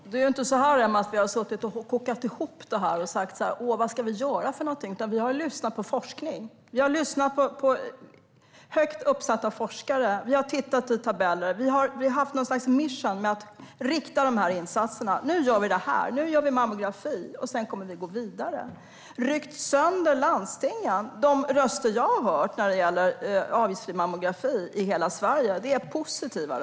Herr talman! Det är inte så, Emma Henriksson, att vi har suttit och kokat ihop detta och undrat vad vi ska göra. Vi har lyssnat på forskning. Vi har lyssnat på högt uppsatta forskare. Vi har tittat i tabeller. Vi har haft ett slags mission att rikta insatserna. Nu börjar vi med mammografi, och sedan går vi vidare. Sedan handlade det om att ha ryckt sönder landstingen. De röster jag har hört i fråga om avgiftsfri mammografi i hela Sverige är positiva.